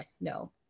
No